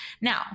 Now